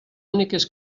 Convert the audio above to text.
úniques